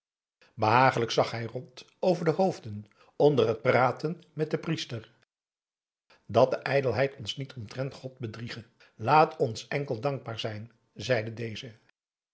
behaaglijk zag hij rond over de hoofden onder het praten met den priester dat de ijdelheid ons niet omtrent god bedriege laat ons enkel dankbaar zijn zeide deze